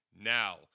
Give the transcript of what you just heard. now